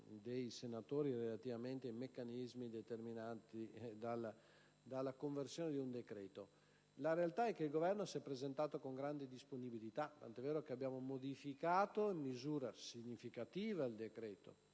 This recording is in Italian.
dei senatori relativamente ai meccanismi determinanti dalla conversione di un decreto; la realtà è che il Governo si è presentato con grande disponibilità, tant'è vero che abbiamo modificato in misura significativa il decreto